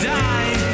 die